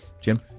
Jim